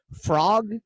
Frog